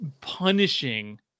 punishing